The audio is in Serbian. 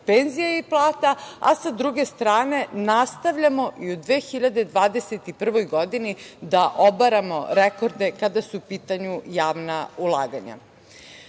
penzija i plata, a sa druge strane nastavljamo i u 2021. godini da obaramo rekorde, kada su u pitanju javna ulaganja. Setimo